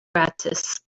gratis